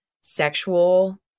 sexual